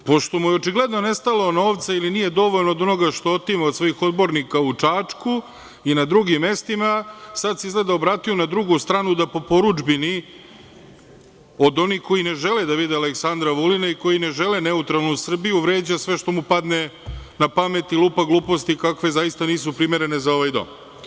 Pošto mu je očigledno nestalo novca ili nije dovoljno od onoga što otima od svojih odbornika u Čačku i na drugim mestima, sad se izgleda obratio na drugu stranu, da po porudžbini od onih koji ne žele da vide Aleksandra Vulina i koji ne žele neutralnu Srbiju vređa sve što mu padne na pamet i lupa gluposti kakve zaista nisu primerene za ovaj dom.